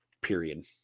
period